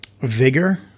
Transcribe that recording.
vigor